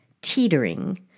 teetering